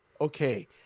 okay